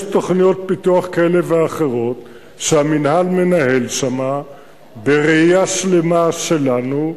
יש תוכניות פיתוח כאלה ואחרות שהמינהל מנהל שם בראייה שלמה שלנו,